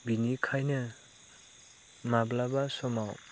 बिनिखायनो माब्लाबा समाव